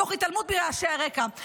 תוך התעלמות מרעשי הרקע.